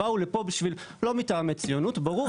הם באו לפה לא מטעמי ציונות, ברור.